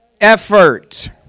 effort